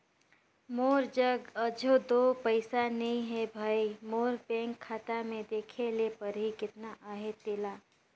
मोर जग अझो दो पइसा नी हे भई, मोर बेंक खाता में देखे ले परही केतना अहे तेला